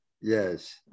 yes